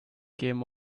came